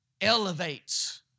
elevates